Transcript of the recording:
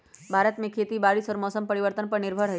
भारत में खेती बारिश और मौसम परिवर्तन पर निर्भर हई